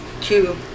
two